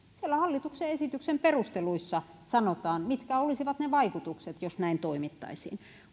siellä hallituksen esityksen perusteluissa sanotaan mitkä olisivat ne vaikutukset jos näin toimittaisiin